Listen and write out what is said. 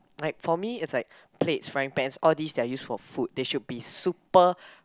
like for me it's like plates frying pan all these are used for food they should be super